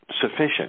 sufficient